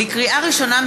לקריאה ראשונה,